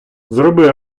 зроби